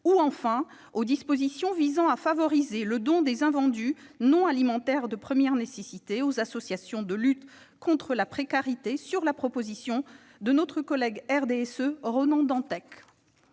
Bignon ; aux dispositions visant à favoriser le don des invendus non alimentaires de première nécessité aux associations de lutte contre la précarité, introduites sur la proposition de notre collègue du RDSE, Ronan Dantec.